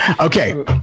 okay